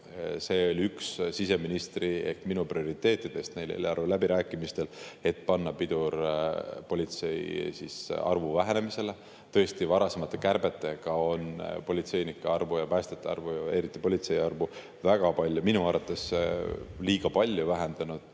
See oli üks siseministri ehk minu prioriteetidest eelarve läbirääkimistel, et panna pidur politseinike arvu vähenemisele. Tõesti, varasemate kärbetega on politseinike arvu ja päästjate arvu, eriti politseinike arvu, väga palju, minu arvates liiga palju vähendatud.